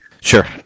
Sure